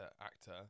actor